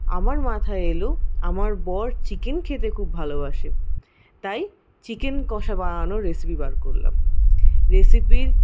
আমার মাথায় এল আমার বর চিকেন খেতে খুব ভালোবাসে তাই চিকেন কষা বানানোর রেসিপি বার করলাম রেসিপির